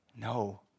No